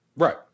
Right